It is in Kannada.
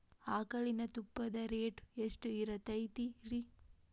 ಆಕಳಿನ ತುಪ್ಪದ ರೇಟ್ ಎಷ್ಟು ಇರತೇತಿ ರಿ?